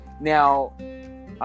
Now